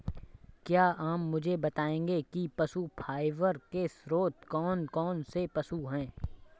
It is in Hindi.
क्या आप मुझे बताएंगे कि पशु फाइबर के स्रोत कौन कौन से पशु हैं?